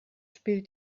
spielt